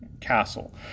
castle